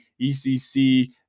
ECC